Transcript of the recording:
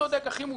הכי מוסרי,